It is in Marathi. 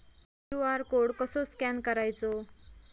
क्यू.आर कोड कसो स्कॅन करायचो?